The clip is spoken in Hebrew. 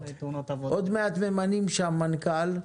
עוד מעט ימנו שם מנכ"ל.